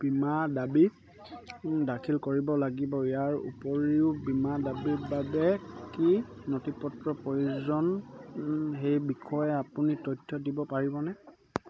বীমা দাবী দাখিল কৰিব লাগিব ইয়াৰ উপৰিও বীমা দাবীৰ বাবে কি নথিপত্ৰৰ প্ৰয়োজন সেই বিষয়ে আপুনি তথ্য দিব পাৰিবনে